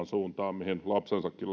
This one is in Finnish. suuntaan mihin lapsensakin